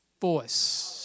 voice